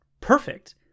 perfect